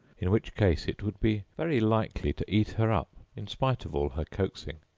in which case it would be very likely to eat her up in spite of all her coaxing.